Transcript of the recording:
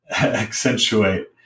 accentuate